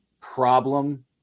problem